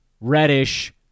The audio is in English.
Reddish